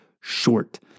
short